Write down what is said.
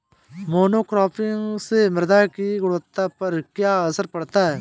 Monocropping से मृदा की गुणवत्ता पर क्या असर पड़ता है?